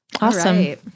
Awesome